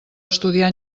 estudiar